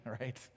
right